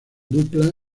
dupla